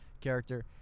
character